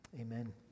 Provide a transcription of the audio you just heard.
Amen